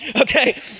Okay